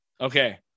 Okay